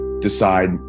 decide